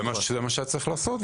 זה מה שהיה צריך לעשות,